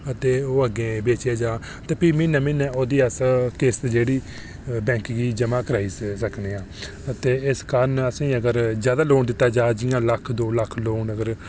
अते ओह् अग्गे बेचेआ जा ते भी म्हीनै म्हीनै ओह्दी अस किस्त जेह्ड़ी बैंक च जमा कराई सकने आं अते इक कारण असें ई अगर जैदा लोन दित्ता जा जि'यां लक्ख दो लक्ख लोन अगर